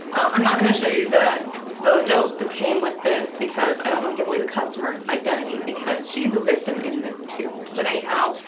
i'm not gonna show you the note that came with this because i don't wanna give away the customer's identity because she's a victim in this too. but anyhow,